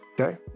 Okay